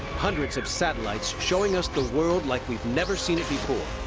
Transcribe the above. hundreds of satellites, showing us the world like we've never seen it before,